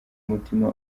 umutima